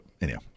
Anyhow